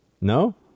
No